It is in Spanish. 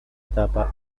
etapa